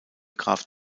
graf